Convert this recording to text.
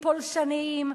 פולשניים,